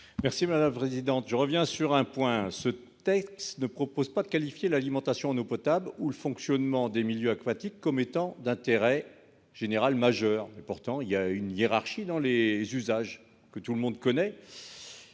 M. Daniel Salmon. Je reviens sur un point : ce texte ne propose pas de qualifier l'alimentation en eau potable ou le fonctionnement des milieux aquatiques comme étant d'intérêt général majeur. Il y a pourtant une hiérarchie dans les usages de l'eau, que tout le monde connaît.